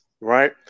right